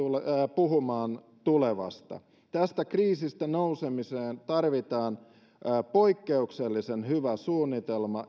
puhumaan tulevasta tästä kriisistä nousemiseen tarvitaan poikkeuksellisen hyvä suunnitelma